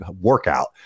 workout